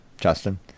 Justin